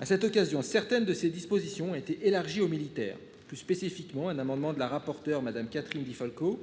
À cette occasion certaines de ces dispositions ont été élargis aux militaires plus spécifiquement un amendement de la rapporteure Madame Catherine Di Folco